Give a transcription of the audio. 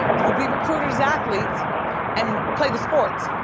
would be recruited as athletes and play the sports.